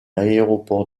aéroport